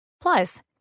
Plus